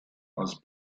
aus